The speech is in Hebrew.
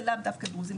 זה לאו דווקא דרוזים.